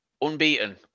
unbeaten